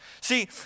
See